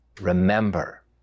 Remember